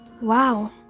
Wow